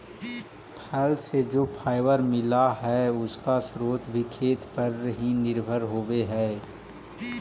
फल से जो फाइबर मिला हई, उसका स्रोत भी खेत पर ही निर्भर होवे हई